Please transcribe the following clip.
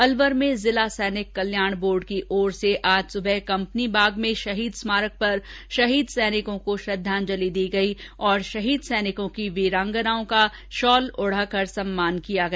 अलवर में जिला सैनिक कल्याण बोर्ड की ओर से आज सुबह कंपनी बाग में शहीद स्मारक पर शहीद सैनिकों को श्रद्वांजलि दी गई और शहीद सैनिकों की वीरांगनाओं का शाल ओढाकर सम्मान किया गया